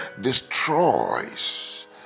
destroys